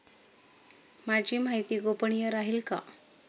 माझी माहिती गोपनीय राहील का?